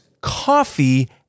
coffee